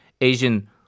Asian